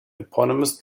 eponymous